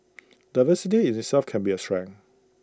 diversity in itself can be A strength